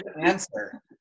answer